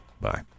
Bye